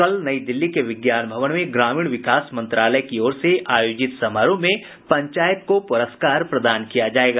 कल नई दिल्ली के विज्ञान भवन में ग्रामीण विकास मंत्रालय की ओर से आयोजित समारोह में पंचायत को पुरस्कार दिया जायेगा